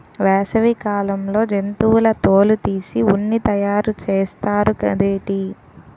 వేసవి కాలంలో జంతువుల తోలు తీసి ఉన్ని తయారు చేస్తారు గదేటి